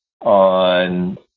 on